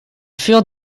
furent